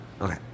Okay